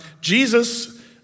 Jesus